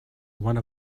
one